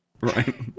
right